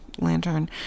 lantern